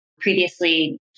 previously